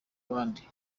indi